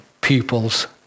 people's